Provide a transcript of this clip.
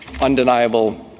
undeniable